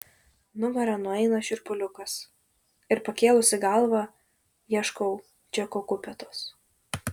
nugara nueina šiurpuliukas ir pakėlusi galvą ieškau džeko kupetos